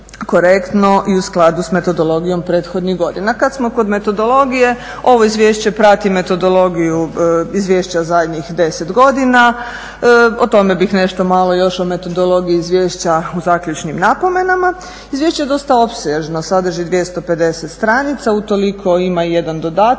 i u skladu sa metodologijom prethodnih godina. Kad smo kod metodologije ovo izvješće prati metodologiju izvješća zadnjih 10 godina. O tome bih nešto malo još o metodologiji izvješća u zaključnim napomenama. Izvješće je dosta opsežno, sadrži 250 stranica. Utoliko ima i jedan dodatak